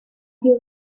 feel